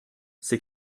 c’est